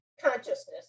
consciousness